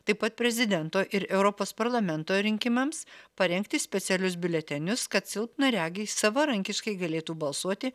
taip pat prezidento ir europos parlamento rinkimams parengti specialius biuletenius kad silpnaregiai savarankiškai galėtų balsuoti